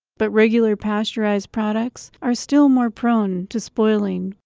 but regularly pasterized products are still more prone to spoiling.